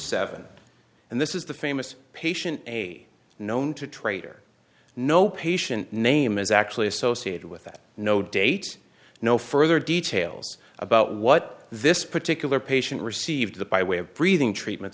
seven and this is the famous patient a known to traitor no patient name is actually associated with that no date no further details about what this particular patient received by way of breathing treatments